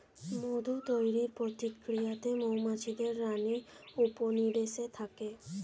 মধু তৈরির প্রক্রিয়াতে মৌমাছিদের রানী উপনিবেশে থাকে